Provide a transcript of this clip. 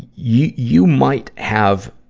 you, you might have,